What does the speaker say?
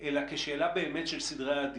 אלא כשאלה באמת של סדרי עדיפות.